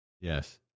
yes